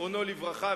זיכרונו לברכה,